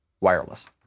wireless